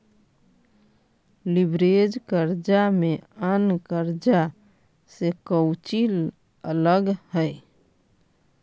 Leverage कर्जा में अन्य कर्जा से कउची अलग हई?